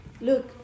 Look